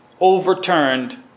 Overturned